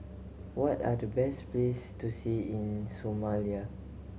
what are the best place to see in Somalia